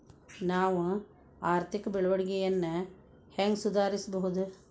ನಾವು ಆರ್ಥಿಕ ಬೆಳವಣಿಗೆಯನ್ನ ಹೆಂಗ್ ಸುಧಾರಿಸ್ಬಹುದ್?